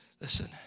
Listen